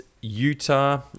Utah